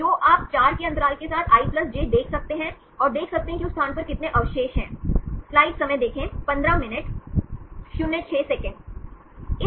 तो आप 4 के अंतराल के साथ i j देख सकते हैं और देख सकते हैं कि उस स्थान पर कितने अवशेष हैं